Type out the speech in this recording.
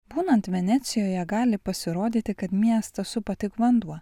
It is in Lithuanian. būnant venecijoje gali pasirodyti kad miestą supa tik vanduo